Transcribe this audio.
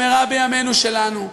במהרה בימינו שלנו.